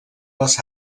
les